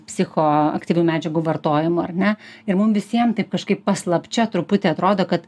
psichoaktyvių medžiagų vartojimu ar ne ir mum visiem taip kažkaip paslapčia truputį atrodo kad